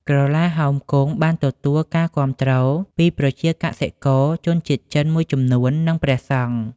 ក្រឡាហោមគង់បានទទួលការគាំទ្រពីប្រជាកសិករ ជនជាតិចិនមួយចំនួន និងព្រះសង្ឃ។